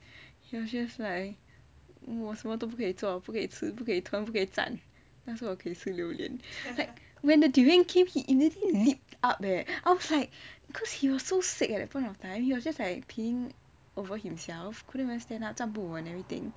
he was just like 我什么都不可以做不可以吃不可以吞不可以站但是我可以吃榴莲 like when the durian came he immediately leaped up leh I was like cause he was so sick at that point of time he was just like peeing over himself couldn't understand stand up 站不稳 and everything